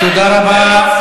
תודה רבה.